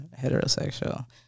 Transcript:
heterosexual